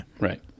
Right